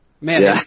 Man